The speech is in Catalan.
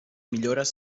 millores